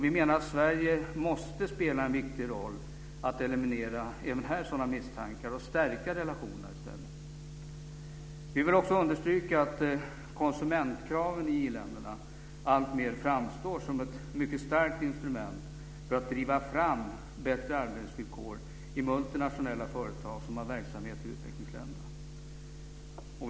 Vi menar att Sverige måste spela en viktig roll för att eliminera sådana misstankar och i stället stärka relationerna. Vi vill också understryka att konsumentkraven i iländerna alltmer framstår som ett mycket starkt instrument för att driva fram bättre arbetsvillkor i multinationella företag som har verksamhet i utvecklingsländerna.